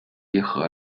集合